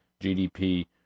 GDP